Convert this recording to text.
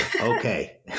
Okay